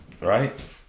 right